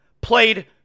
played